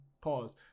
pause